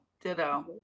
ditto